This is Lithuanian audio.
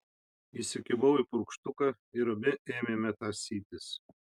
įsikibau į purkštuką ir abi ėmėme tąsytis